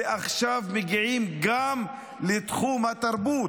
ועכשיו מגיעים גם לתחום התרבות.